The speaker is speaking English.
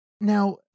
now